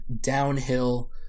downhill